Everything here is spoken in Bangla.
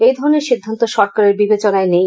এই ধরনের সিদ্ধান্ত সরকারের বিবেচনায় নেই